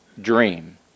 dream